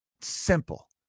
simple